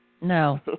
No